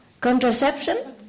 contraception